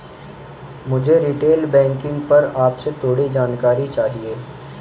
मुझे retail banking पर आपसे थोड़ी जानकारी चाहिए